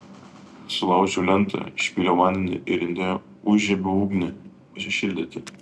sulaužiau lentą išpyliau vandenį ir inde užžiebiau ugnį pasišildyti